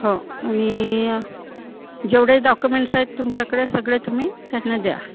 हो आणि जेवढे डॉकुमेंट्स आहेत तुमच्याकडे सगळे तुम्ही त्यांना द्या